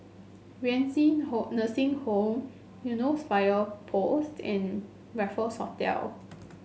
Renci Nursing Home Eunos Fire Post and Raffles Hotel